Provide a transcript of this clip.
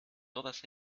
todas